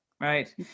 Right